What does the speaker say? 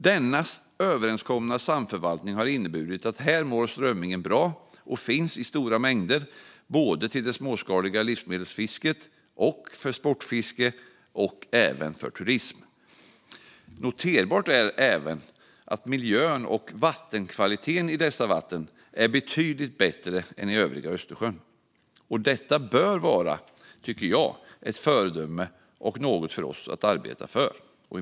Denna överenskomna samförvaltning har inneburit att här mår strömmingen bra och finns i stora mängder till både det småskaliga livmedelsfisket och sportfiske och även för turism. Noterbart är även att miljön och vattenkvaliteten i dessa vatten är betydligt bättre än i övriga Östersjön. Detta bör vara ett föredöme och något för oss att arbeta för.